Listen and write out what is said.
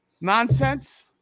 nonsense